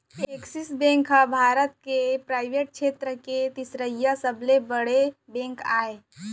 axis bank ह भारत के पराइवेट छेत्र के तिसरइसा सबले बड़े बेंक हरय